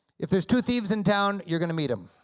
if there's two thieves in town, you're gonna meet em.